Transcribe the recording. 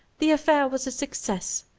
the affair was a success.